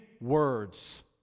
words